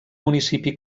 municipi